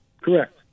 Correct